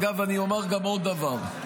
אגב, אומר עוד דבר: